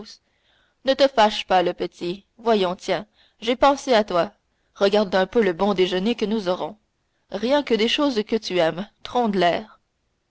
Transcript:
ne te fâche pas le petit voyons tiens j'ai pensé à toi regarde un peu le bon déjeuner que nous aurons rien que des choses que tu aimes